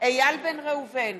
איל בן ראובן,